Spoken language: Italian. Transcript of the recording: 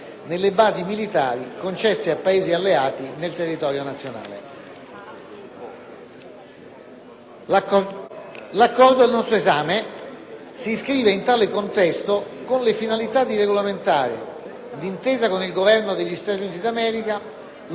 L'Accordo in esame si inscrive in tale contesto, con la finalità di regolamentare, d'intesa con il Governo degli Stati Uniti d'America, lo svolgimento delle attività ispettive in territorio italiano nel caso che uno Stato terzo chieda